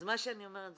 אז מה שאני אומרת,